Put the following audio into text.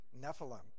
Nephilim